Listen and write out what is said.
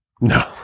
no